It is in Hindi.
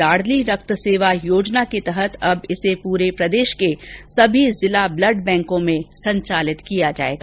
लाडली रक्त सेवा योजना के तहत अब इसे पूरे प्रदेश के सभी जिला ब्लड बैंको में संचालित किया जायेगा